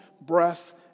breath